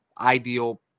ideal